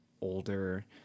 older